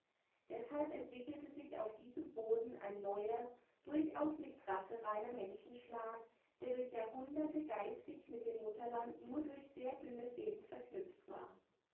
deshalb entwickelte sich auf diesem boden ein neuer durchaus nicht rassereiner menschenschlag der durch jahrhunderte geistig mit dem mutterland nur durch sehr dünne fäden verknüpft war